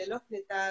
ללא קליטה,